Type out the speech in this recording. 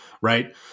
right